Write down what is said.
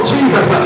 Jesus